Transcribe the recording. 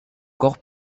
corps